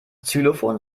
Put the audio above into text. xylophon